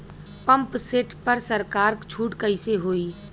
Pump set पर सरकार छूट कईसे होई?